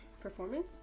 Performance